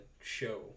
show